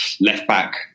left-back